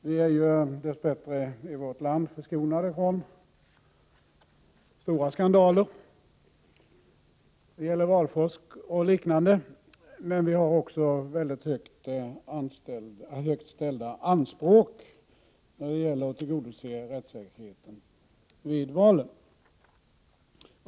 Vi är dess bättre i vårt land förskonade från stora skandaler med valfusk och liknande, men vi har också mycket högt ställda anspråk när det gäller att tillgodose rättssäkerheten vid valen.